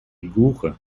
глухо